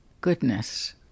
goodness